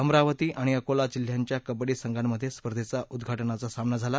अमरावती आणि अकोला जिल्ह्यांच्या कब्बङ्डी संघांमध्ये स्पर्धेचा उद्घाटनाचा सामना झाला